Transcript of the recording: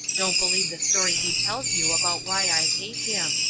don't believe the story he tells you about why i hate him.